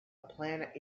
planet